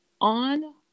on